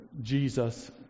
Jesus